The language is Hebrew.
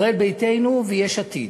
ישראל ביתנו ויש עתיד.